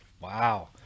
Wow